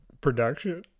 production